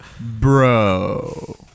Bro